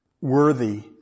worthy